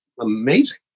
amazing